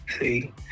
See